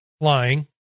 flying